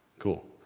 cool,